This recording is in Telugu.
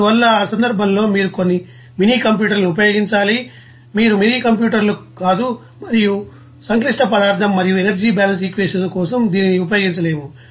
అందువల్ల ఆ సందర్భంలో మీరు కొన్ని మినీకంప్యూటర్లను ఉపయోగించాలి మీరు మినీకంప్యూటర్లు కాదు మరియు ఈ సంక్లిష్ట పదార్థం మరియు ఎనర్జీ బాలన్స్ ఈక్వేషన్స్ ల కోసం దీనిని ఉపయోగించలేము